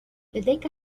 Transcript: لديك